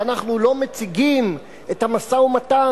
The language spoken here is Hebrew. שאנחנו לא מציגים את המשא-ומתן,